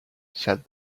said